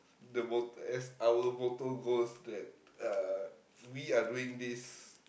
the motor as our motor goes that uh we are doing this